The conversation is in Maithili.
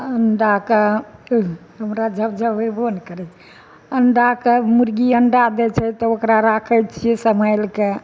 अण्डाके केओ नहि हमरा झब झब अइबो नहि करैत छै अण्डाके मुर्गी अण्डा बेचै तऽ ओकरा राखैत छियै सम्हालिके